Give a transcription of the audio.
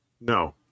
No